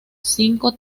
cinco